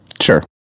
Sure